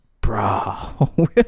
Bro